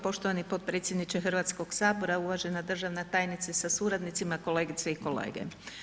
Poštovani potpredsjedniče Hrvatskog sabora, uvažena državna tajnice sa suradnicima, kolegice i kolege.